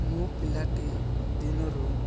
ମୋ ପିଲାଟି ଦିନରୁ